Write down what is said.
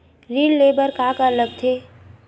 ऋण ले बर का का लगथे?